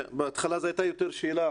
בהתחלה זאת היתה יותר שאלה,